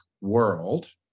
world